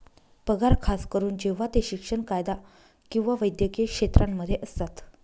पगार खास करून जेव्हा ते शिक्षण, कायदा किंवा वैद्यकीय क्षेत्रांमध्ये असतात